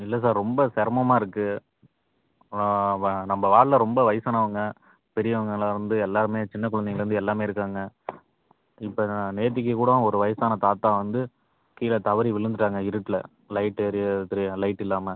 இல்லை சார் ரொம்ப சிரமமா இருக்குது ந ம்ப வார்டில் ரொம்ப வயசானவங்க பெரியவங்க எல்லோரும் வந்து எல்லாமே சின்ன குழந்தைங்கள்லேருந்து எல்லாமே இருக்காங்க இப்போ என்னென்னா நேற்றைக்கி கூடோ ஒரு வயசான தாத்தா வந்து கீழே தவறி விழுந்துட்டாங்க இருட்டில் லைட் எரியறது தெரியாம லைட் இல்லாமல்